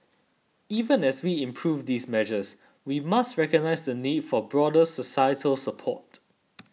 even as we improve these measures we must recognise the need for broader societal support